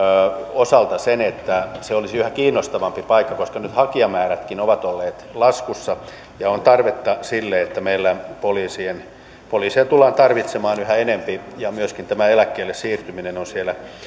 osalta sen että se olisi yhä kiinnostavampi paikka nyt hakijamäärätkin ovat olleet laskussa ja sille on tarvetta sillä meillä poliiseja tullaan tarvitsemaan yhä enempi ja myöskin tämä eläkkeelle siirtyminen on